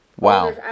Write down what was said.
Wow